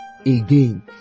again